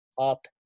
up